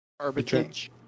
arbitrage